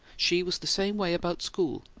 she was the same way about school.